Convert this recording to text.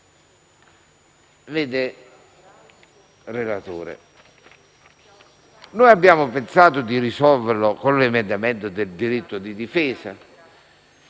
2006. Relatore, abbiamo pensato di risolverlo con l'emendamento sul diritto di difesa,